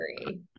agree